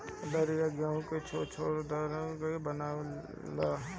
दलिया गेंहू के छोट छोट दरवा के बनेला